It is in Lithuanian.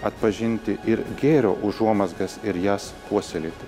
atpažinti ir gėrio užuomazgas ir jas puoselėti